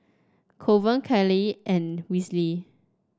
Colvin Kyleigh and Wesley